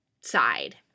side